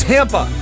Tampa